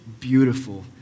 Beautiful